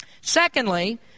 Secondly